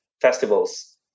festivals